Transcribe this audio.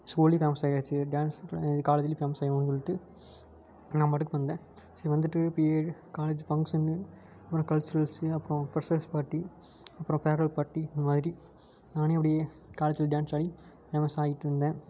ஸ்கூல்லேயும் ஃபேமஸ் ஆயாச்சு டேன்ஸ் இது காலேஜுலையும் ஃபேமஸ் ஆயிடுவோம் சொல்லிட்டு நான் பாட்டுக்கு வந்தேன் சரி வந்துட்டு இப்படியே காலேஜு ஃபங்க்சனு அப்புறம் கல்ட்சுரல்ஸு அப்பறம் ஃப்ரெஸ்ஸர்ஸ் பார்ட்டி அப்புறம் ஃபேர்வல் பார்ட்டி இந்த மாதிரி நானே அப்படியே காலேஜில் டேன்ஸ் ஆடி ஃபேமஸ் ஆகிட்ருந்தேன்